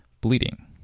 bleeding